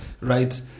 right